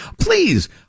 Please